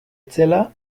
zela